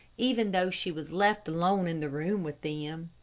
even though she was left alone in the room with them.